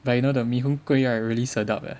but you know the mee-hoon-kway right really sedap eh